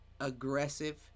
aggressive